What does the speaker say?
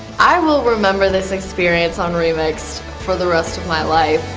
i will remember this experience on remixed for the rest of my life.